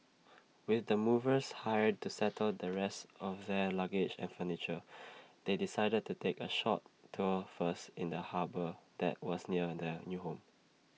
with the movers hired to settle the rest of their luggage and furniture they decided to take A short tour first in the harbour that was near their new home